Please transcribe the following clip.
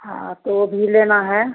हाँ तो ओ भी लेना है